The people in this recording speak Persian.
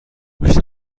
بیشتر